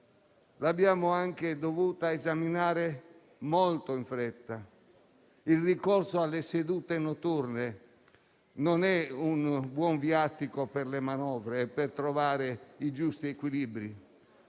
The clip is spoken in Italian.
Abbiamo peraltro dovuto esaminare la manovra molto in fretta; il ricorso alle sedute notturne non è un buon viatico per le manovre, per trovare i giusti equilibri.